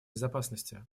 безопасности